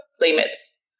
limits